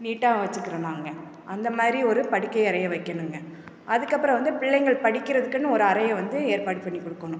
நீட்டாகவும் வச்சிக்கிரணு அங்கே அந்த மாதிரி ஒரு படுக்கை அறையை வைக்கணுங்க அதுக்கப்பறம் வந்து பிள்ளைங்கள் படிக்கிறதுக்குன்னு ஒரு அறையை வந்து ஏற்பாடு பண்ணி கொடுக்கணும்